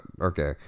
okay